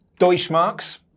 Deutschmarks